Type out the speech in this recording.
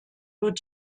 wird